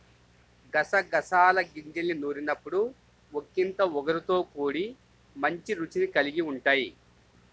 గసగసాల గింజల్ని నూరినప్పుడు ఒకింత ఒగరుతో కూడి మంచి రుచిని కల్గి ఉంటయ్